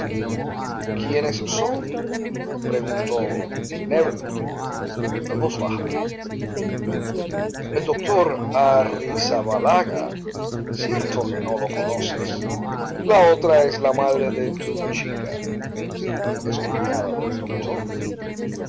quiénes son preguntó nébel en voz baja el doctor arrizabalaga cierto que no lo conoces la otra es la madre de tu chica es cuñada del doctor